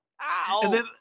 ow